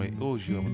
aujourd'hui